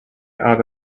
out